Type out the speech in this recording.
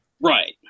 Right